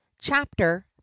Chapter